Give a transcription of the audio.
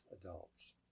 adults